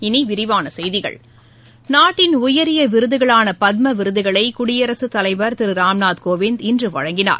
இனி விரிவான செய்திகள் நாட்டின் உயரிய விருதுகளான பத்ம விருதுகளை குடியரசு தலைவா் திரு ராமநாத் கோவிந்த் இன்று வழங்கினார்